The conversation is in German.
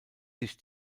sich